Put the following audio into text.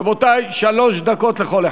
רבותי, שלוש דקות לכל אחד.